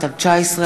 פ/2531/19,